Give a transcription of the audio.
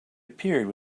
appeared